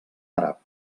àrab